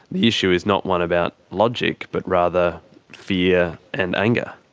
the issue is not one about logic but rather fear and anger.